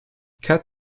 kat